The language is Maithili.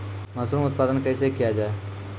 मसरूम उत्पादन कैसे किया जाय?